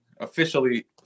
officially